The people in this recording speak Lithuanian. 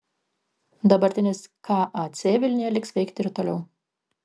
dabartinis kac vilniuje liks veikti ir toliau